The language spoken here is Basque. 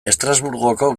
estrasburgoko